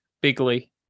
Bigley